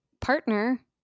partner